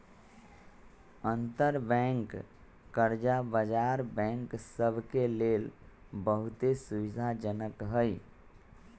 अंतरबैंक कर्जा बजार बैंक सभ के लेल बहुते सुविधाजनक हइ